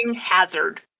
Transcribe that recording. hazard